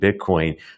Bitcoin